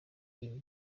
ibi